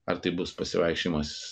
ar tai bus pasivaikščiojimas